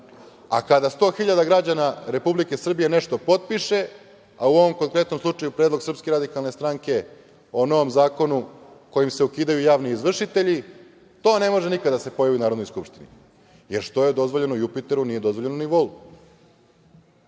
a kada 100 hiljada građana Republike Srbije nešto potpiše, a u ovom konkretnom slučaju predlog SRS o novom zakonu kojim se ukidaju javni izvršitelji, to ne može nikad da se pojavi u Narodnoj skupštini. Jer, što je dozvoljeno Jupiteru, nije dozvoljeno volu.